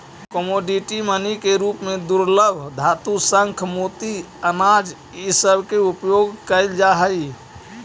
commodity money के रूप में दुर्लभ धातु शंख मोती अनाज इ सब के उपयोग कईल जा हई